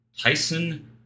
Tyson